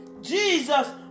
Jesus